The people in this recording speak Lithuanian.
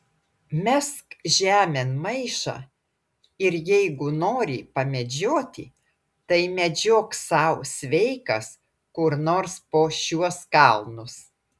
mesk žemėn maišą ir jeigu nori pamedžioti tai medžiok sau sveikas kur nors po šiuos kalnus